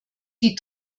die